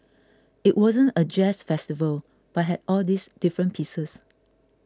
it wasn't a jazz festival but had all these different pieces